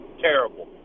Terrible